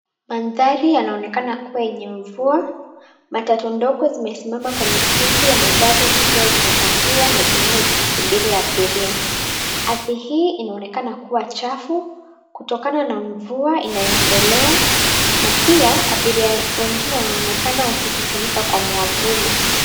Mandhari yanaonekana kuwa yenye mvua, matatu ndogo zimesimama kwenye stendi ya magari zikiwa zimepakiwa na zingine zikisubiri abiria. Ardhi hii inaonekana kuwa chafu kutokana na mvua inayoendelea na pia abiria wengine wanaonekana wakijufunika kwa mwavuli.